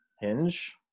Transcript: hinge